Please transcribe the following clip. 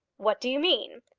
what do you mean?